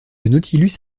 nautilus